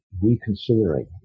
reconsidering